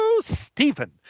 Stephen